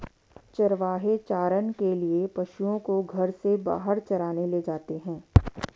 चरवाहे चारण के लिए पशुओं को घर से बाहर चराने ले जाते हैं